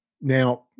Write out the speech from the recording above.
Now